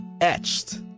Etched